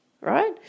right